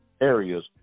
areas